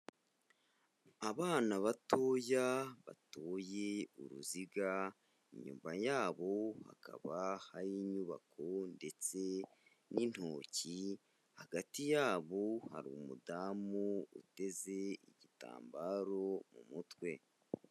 Abana batoya batoye uruziga, inyuma yabo hakaba hari inyubako ndetse n'intoki, hagati yabo hari umudamu uteze igitambaro mu mutwe.